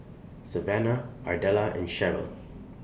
Savanna Ardella and Sheryl